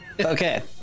Okay